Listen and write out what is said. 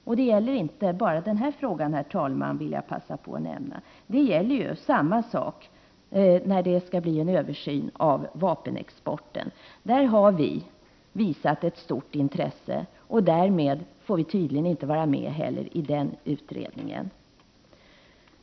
Jag vill passa på och säga att det inte bara gäller i denna fråga. Samma sak gäller när en översyn av vapenexporten skall ske. I den frågan har vi visat ett stort intresse. Därmed får vi inte vara med i utredningen.